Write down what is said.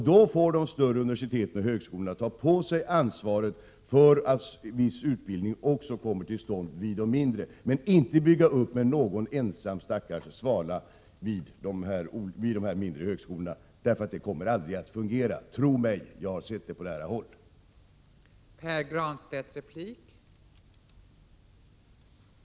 Då får de större universiteten och högskolorna ta på sitt ansvar att viss utbildning kommer till stånd också vid de mindre, men inte bygga upp en organisation med en ensam stackars svala vid de mindre högskolorna. Det kommer aldrig att fungera, tro mig! Jag har sett detta på — Prot. 1987/88:104